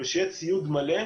שיהיה ציוד מלא,